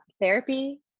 therapy